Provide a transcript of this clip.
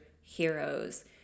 heroes